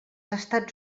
estats